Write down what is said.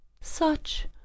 Such